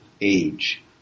age